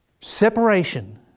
separation